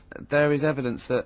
there is evidence that